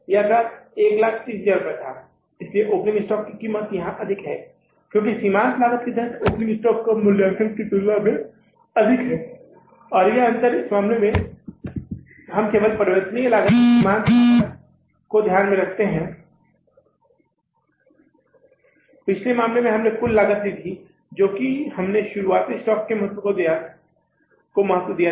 यह आंकड़ा 130000 रुपये था इसलिए ओपनिंग स्टॉक की कीमत यहाँ अधिक है क्योंकि सीमांत लागत के तहत ओपनिंग स्टॉक के मूल्यांकन की तुलना में अधिक है और अंतर यह है कि इस मामले में हम केवल परिवर्तनीय या सीमांत लागत को ध्यान में रखते हैं पिछले मामले में हमने कुल लागत ली है क्योंकि हमने शुरुआती स्टॉक को महत्व दिया है